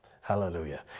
Hallelujah